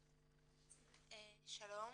אני